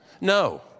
No